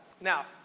now